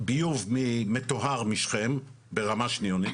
מה שמגיע אלינו הוא כבר ביוב מטוהר משכם ברמה שניונית,